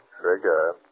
Trigger